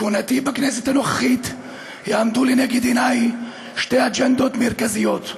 בכהונתי בכנסת הנוכחית יעמדו לנגד עיניי שתי אג'נדות מרכזיות,